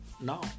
now